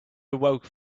awoke